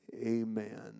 Amen